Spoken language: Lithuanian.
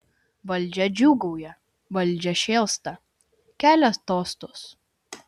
valdžia džiūgauja valdžia šėlsta kelia tostus